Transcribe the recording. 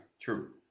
True